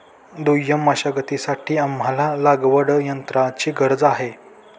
दुय्यम मशागतीसाठी आम्हाला लागवडयंत्राची गरज आहे